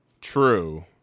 True